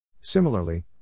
Similarly